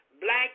Black